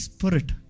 Spirit